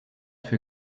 für